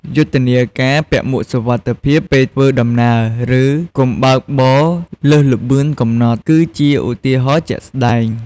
យុទ្ធនាការ "ពាក់មួកសុវត្ថិភាពពេលធ្វើដំណើរ" ឬ "កុំបើកបរលើសល្បឿនកំណត់" គឺជាឧទាហរណ៍ជាក់ស្តែង។